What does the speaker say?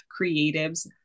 Creatives